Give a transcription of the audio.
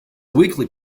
weekly